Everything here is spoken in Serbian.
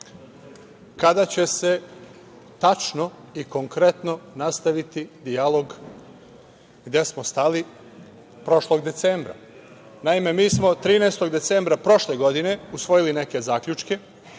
kada će se tačno i konkretno nastaviti dijalog gde smo stali prošlog decembra. Naime, mi smo 13. decembra prošle godine usvojili neke zaključke